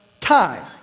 time